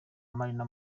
marina